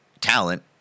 talent